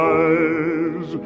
eyes